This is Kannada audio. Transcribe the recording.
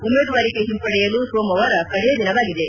ಉಮೇದುವಾರಿಕೆ ಹಿಂಪಡೆಯಲು ಸೋಮವಾರ ಕಡೆ ದಿನವಾಗಿದೆ